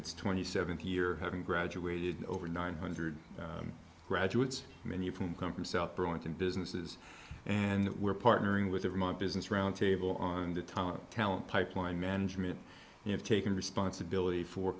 its twenty seventh year having graduated over nine hundred graduates many of whom come from south burlington businesses and we're partnering with every month business roundtable on the top talent pipeline management have taken responsibility for